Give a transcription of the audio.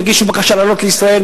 יגישו בקשה לעלות לישראל,